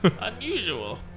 Unusual